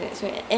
mm